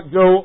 go